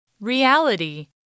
Reality